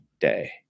Day